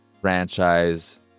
franchise